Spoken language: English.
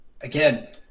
again